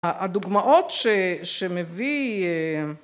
‫הדוגמאות שמביא...